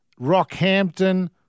Rockhampton